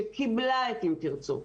שקיבלה את "אם תרצו"